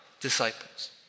disciples